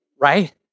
right